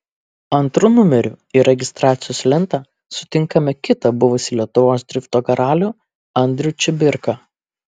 antru numeriu į registracijos lentą sutinkame kitą buvusį lietuvos drifto karalių andrių čibirką